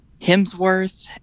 Hemsworth